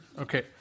Okay